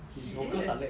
he is